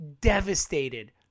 devastated